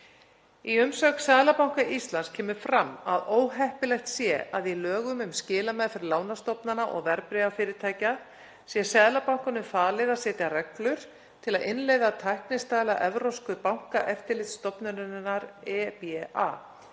Í umsögn Seðlabanka Íslands kemur fram að óheppilegt sé að í lögum um skilameðferð lánastofnana og verðbréfafyrirtækja sé Seðlabankanum falið að setja reglur til að innleiða tæknistaðla Evrópsku bankaeftirlitsstofnunarinnar (EBA)